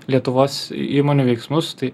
lietuvos įmonių veiksmus tai